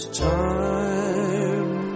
time